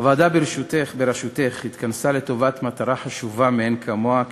הוועדה בראשותך התכנסה לטובת מטרה חשובה מאין כמוה,